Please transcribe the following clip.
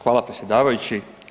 Hvala predsjedavajući.